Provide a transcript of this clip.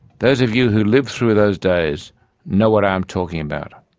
those of you who lived through those days know what i am talking about.